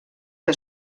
que